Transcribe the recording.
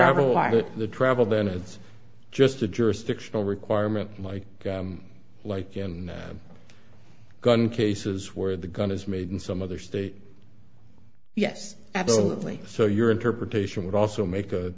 or the travel then it's just a jurisdictional requirement like like in gun cases where the gun is made in some other state yes absolutely so your interpretation would also make